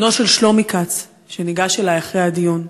בנו של שלומי כץ, שניגש אלי אחרי הדיון.